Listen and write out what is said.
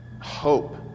hope